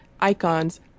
icons